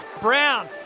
Brown